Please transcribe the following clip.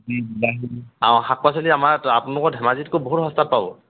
অঁ শাক পাচলি আমাৰ আপোনালোকৰ ধেমাজিতকৈ বহুত সস্তাত পাব